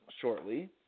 shortly